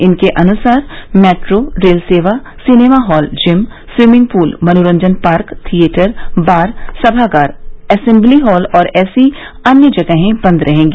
इनके अनुसार metro rail सेवा cinema hall gym swimming pool मनोरंजन पार्क थिएटर बार सभागार असेम्बली हॉल और ऐसी अन्य जगहें बंद रहेंगी